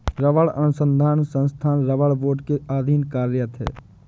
रबड़ अनुसंधान संस्थान रबड़ बोर्ड के अधीन कार्यरत है